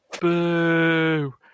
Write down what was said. Boo